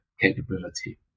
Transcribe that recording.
capability